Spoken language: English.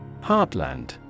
Heartland